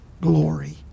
glory